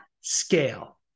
scale